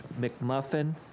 McMuffin